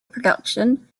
production